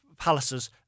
palaces